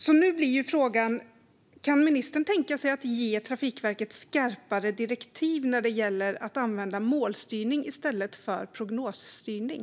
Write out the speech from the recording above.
Frågan blir därför: Kan ministern tänka sig att ge Trafikverket skarpare direktiv när det gäller att använda målstyrning i stället för prognosstyrning?